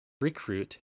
recruit